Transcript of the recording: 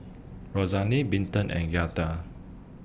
Rosalyn Milton and Giada